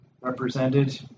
represented